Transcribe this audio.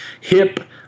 hip